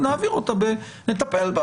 נטפל בה.